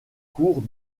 cours